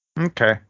Okay